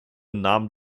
nahm